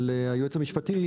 היועץ המשפטי.